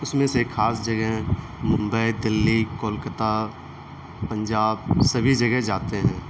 اس میں سے خاص جگہیں ممبئی دلّی کولکاتہ پنجاب سبھی جگہ جاتے ہیں